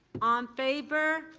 um favor?